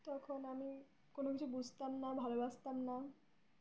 তখন আমি কোনো কিছু বুঝতাম না ভালোবাসতাম না